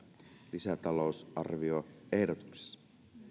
lisätalousarvioehdotuksessa